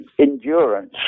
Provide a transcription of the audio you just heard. endurance